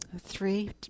three